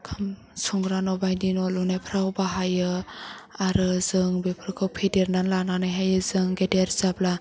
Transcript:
ओंखाम संग्रा न' बायदि न' लुनायफ्राव बाहायो आरो जों बेफोरखौ फेदेरनानै लानानैहाय जों गेदेर जाब्ला